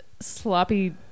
sloppy